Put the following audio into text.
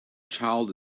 child